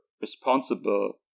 responsible